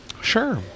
Sure